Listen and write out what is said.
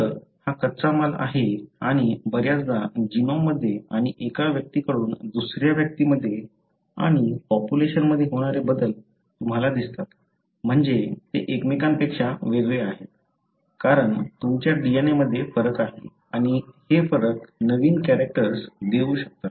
तर हा कच्चा माल आहे आणि बर्याचदा जीनोममध्ये आणि एका व्यक्तीकडून दुसऱ्या व्यक्तीमध्ये आणि पॉप्युलेशनमध्ये होणारे बदल तुम्हाला दिसतात म्हणजे ते एकमेकांपेक्षा वेगळे आहेत कारण तुमच्या DNA मध्ये फरक आहे आणि हे फरक नवीन कॅरेक्टर्स देऊ शकतात